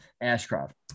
Ashcroft